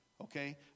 okay